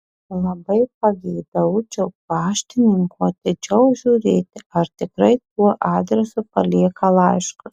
labai pageidaučiau paštininkų atidžiau žiūrėti ar tikrai tuo adresu palieka laiškus